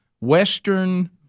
Western